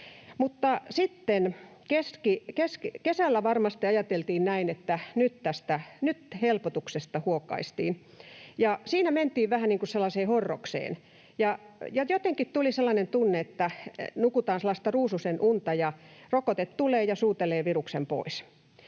kesällä varmasti ajateltiin näin, että nyt helpotuksesta huokaistiin. Siinä mentiin vähän niin kuin horrokseen, ja jotenkin tuli sellainen tunne, että nukutaan ruususenunta ja rokote tulee ja suutelee viruksen pois.